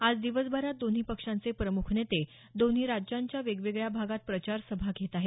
आज दिवसभरात दोन्ही पक्षांचे प्रमुख नेते दोन्ही राज्यांच्या वेगवेगळ्या भागांत प्रचारसभा घेत आहेत